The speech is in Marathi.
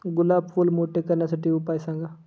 गुलाब फूल मोठे करण्यासाठी उपाय सांगा?